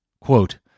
quote